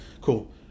Cool